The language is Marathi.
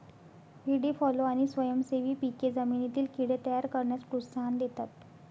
व्हीडी फॉलो आणि स्वयंसेवी पिके जमिनीतील कीड़े तयार करण्यास प्रोत्साहन देतात